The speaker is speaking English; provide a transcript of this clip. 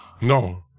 No